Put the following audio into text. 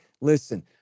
listen